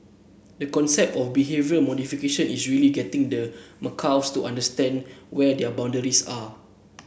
the concept of behavioural modification is really getting the macaques to understand where their boundaries are